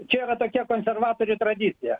čia yra tokia konservatorių tradicija